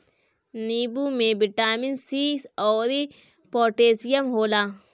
नींबू में vitamin C अउरी पोटैशियम होला